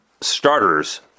starters